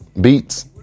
beats